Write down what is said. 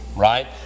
right